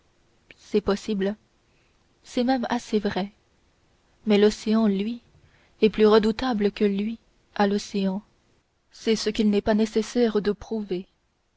c'est possible c'est même assez vrai mais l'océan lui est plus redoutable que lui à l'océan c'est ce qu'il n'est pas nécessaire de prouver